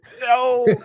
No